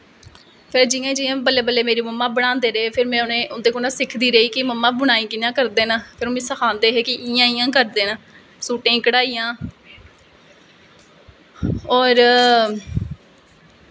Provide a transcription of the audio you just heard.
फिर जियां जियां बल्लें बल्लें मेरे मम्मी जी बनांदे रेह् फिर में उंदे कन्नैं सिखदी रेही क् मम्मा बिनाई कियां करदे न फिर मिगी सखांदे हे कि इयां इयां करदे न सूटें गी कड़ाहियां होर